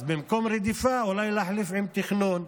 אז במקום רדיפה, אולי להחליף עם תכנון.